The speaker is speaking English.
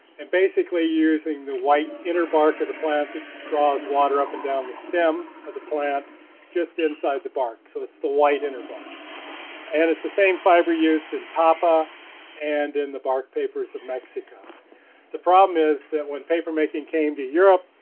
and basically using the white inner bark of the plant that draws water up and down the stem of the plant just inside the bark so it's the white inner bark and it's the same fiber used in tapa and in the bark papers of mexico the problem is that when paper making came to europe,